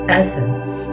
essence